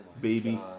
Baby